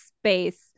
space